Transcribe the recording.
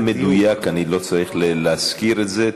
אתה מדויק, אני לא צריך להזכיר את זה.